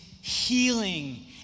healing